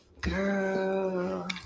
Girl